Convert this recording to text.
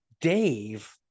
Dave